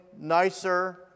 nicer